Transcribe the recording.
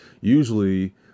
usually